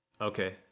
Okay